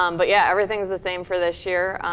um but, yeah, everything's the same for this year.